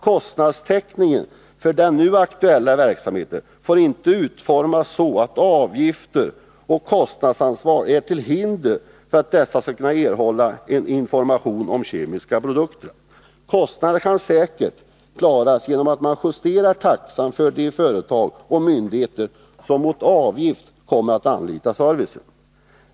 Kostnadstäckningen för den nu aktuella verksamheten får inte utformas så, att avgifter och kostnadsansvar utgör hinder för att dessa skall kunna erhålla information om kemiska produkter. Kostnaderna kan säkert klaras genom att man justerar taxan för de företag och myndigheter som mot avgift anlitar servicen.